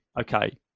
okay